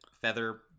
feather